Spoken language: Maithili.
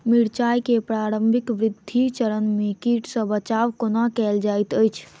मिर्चाय केँ प्रारंभिक वृद्धि चरण मे कीट सँ बचाब कोना कैल जाइत अछि?